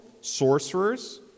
sorcerers